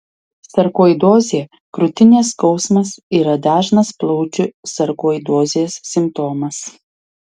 sarkoidozė krūtinės skausmas yra dažnas plaučių sarkoidozės simptomas